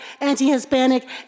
anti-Hispanic